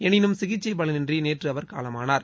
எனினும் சிகிச்சை பலனின்றி நேற்று அவர் காலமானார்